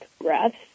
breaths